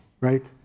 right